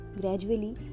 gradually